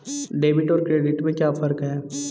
Debit और credit में क्या फर्क है?